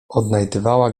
odnajdywała